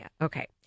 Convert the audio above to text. okay